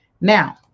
Now